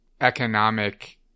economic